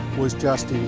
was just